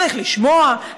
צריך לשמוע,